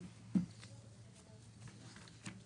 הולכים על 24',